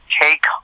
take